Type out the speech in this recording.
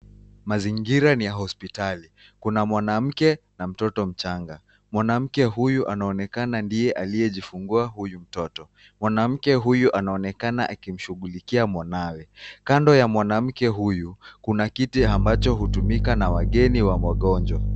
Mazingira ni ya hospitali. Kuna mwanamke na mtoto mchanga. Mwanamke huyu anaonekana ndiye aliyejifungua huyu mtoto. Mwanamke huyo anaonekana akimshughulikia mwanawe. Kando ya mwanamke huyu kuna kiti ambacho hutumika na wageni wa mgonjwa.